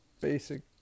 basic